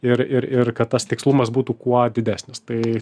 ir ir ir kad tas tikslumas būtų kuo didesnis tai